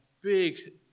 big